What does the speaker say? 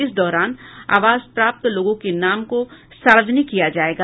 इस दौरान आवास प्राप्त लोगों के नाम को सार्वजनिक किया जायेगा